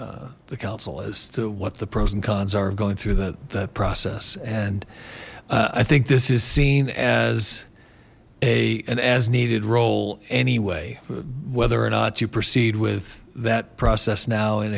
the council as to what the pros and cons are of going through that process and i think this is seen as a and as needed role anyway whether or not to proceed with that process now and